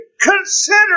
Consider